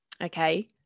Okay